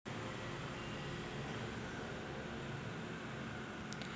आपन कीटकाले कस ओळखू शकतो?